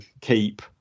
keep